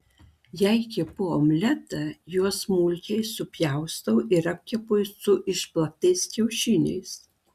jei kepu omletą juos smulkiai supjaustau ir apkepu su išplaktais kiaušiniais